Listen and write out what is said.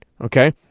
okay